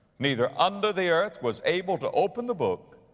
neither under the earth, was able to open the book,